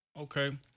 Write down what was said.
Okay